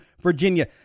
Virginia